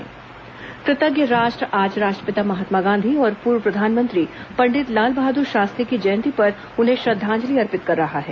महात्मा गांधी जयंती कृतज्ञ राष्ट्र आज राष्ट्रपिता महात्मा गांधी और पूर्व प्रधानमंत्री पंडित लाल बहादुर शास्त्री की जयन्ती पर उन्हें श्रद्वांजलि अर्पित कर रहा है